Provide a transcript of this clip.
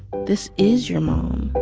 this is your mom.